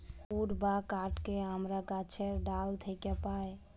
would বা কাহাঠকে আমরা গাহাছের ডাহাল থ্যাকে পাই